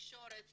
התקשורת